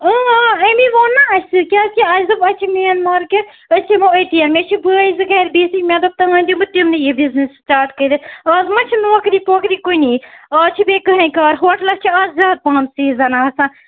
اۭں اۭں أمی ووٚن نا اَسہِ کیٛازِ کہِ اَسہِ دوٚپ اَسہِ چھِ مین مارکیٹ أسۍ یِمو أتی یَن مےٚ چھِ بٲے زٕ گَرِ بِہتھٕے مےٚ دوٚپ تام دِمہٕ بہٕ تِمنٕے یہِ بِزنِس سِٹاٹ کٔرِتھ آز ما چھِ نوکری پوکری کُنی آز چھِ بیٚیہِ کٕہۭنۍ کار ہوٹلس چھِ آز زیادٕ پَہم سیٖزَن آسان